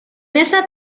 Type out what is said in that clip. esa